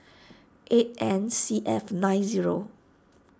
eight N C F nine zero